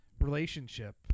relationship